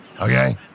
okay